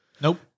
Nope